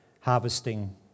harvesting